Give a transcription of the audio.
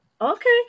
Okay